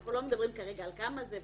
אנחנו לא מדברים כרגע כמה זה,